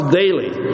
daily